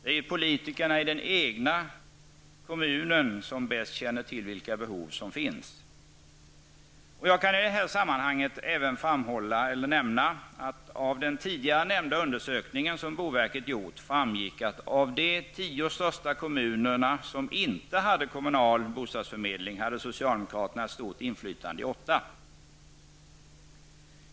Det är ju politikerna i den egna kommunen som bäst känner till vilka behov som finns. Jag kan i detta sammanhang även framhålla att av den tidigare nämnda undersökningen som boverket har gjort, framgick att av de tio största kommunerna utan kommunal bostadsförmedling hade socialdemokraterna ett stort inflytande i åtta.